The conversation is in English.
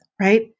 right